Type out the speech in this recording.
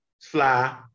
fly